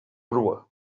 grua